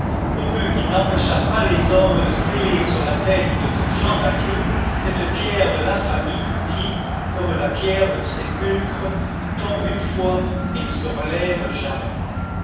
pourvu qu'il n'empêchât pas les hommes de sceller sur la tête de ce champmathieu cette pierre de l'infamie qui comme la pierre du sépulcre tombe une fois et ne se relève jamais